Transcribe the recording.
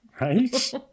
Right